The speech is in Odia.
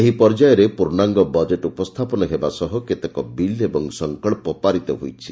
ଏହି ପର୍ଯ୍ୟାୟରେ ପ୍ରର୍ଷାଙ୍ଗ ବଜେଟ୍ ଉପସ୍ଘାପନ ହେବା ସହ କେତେକ ବିଲ୍ ଏବଂ ସଂକ୍ବ ପାରିତ ହୋଇଛି